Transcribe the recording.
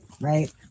right